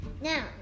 Now